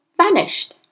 vanished